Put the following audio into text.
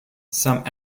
some